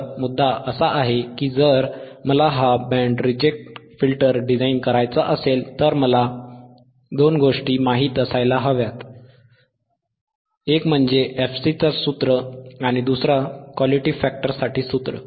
तर मुद्दा असा आहे की जर मला हा बँड रिजेक्ट फिल्टर डिझाइन करायचा असेल तर मला दोन गोष्टी माहित असायला हव्यात एक म्हणजे fCचा सूत्र दुसरा Q साठी सूत्र